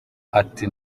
ati